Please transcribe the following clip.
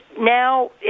now